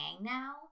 now